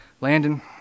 Landon